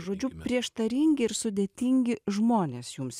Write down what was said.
žodžiu prieštaringi ir sudėtingi žmonės jums